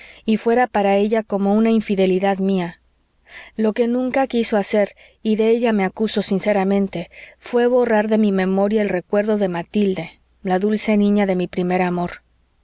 y fuera para ella como una infidelidad mía lo que nunca quiso hacer y de ello me acuso sinceramente fué borrar de mi memoria el recuerdo de matilde la dulce niña de mi primer amor